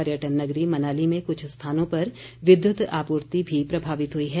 पर्यटन नगरी मनाली में कुछ स्थानों पर विद्युत आपूर्ति भी प्रभावित हुई है